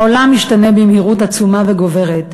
העולם משתנה במהירות עצומה וגוברת,